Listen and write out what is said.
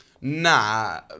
Nah